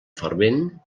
fervent